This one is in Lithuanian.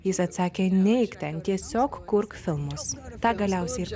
jis atsakė neik ten tiesiog kurk filmus tą galiausiai ir